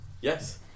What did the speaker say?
Yes